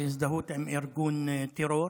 בהזדהות עם ארגון טרור.